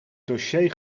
dossier